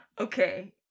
Okay